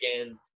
again